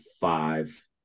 five